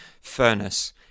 furnace